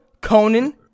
Conan